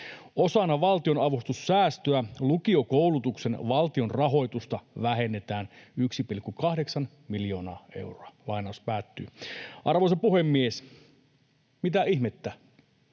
Osana valtionavustussäästöä lukiokoulutuksen valtionrahoitusta vähennetään 1,8 miljoonaa euroa.” Arvoisa puhemies, mitä ihmettä?